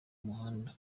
muhanda